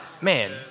man